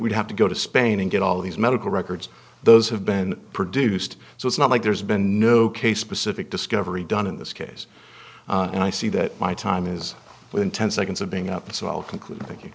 we'd have to go to spain and get all these medical records those have been produced so it's not like there's been no case specific discovery done in this case and i see that my time is within ten seconds of being up so i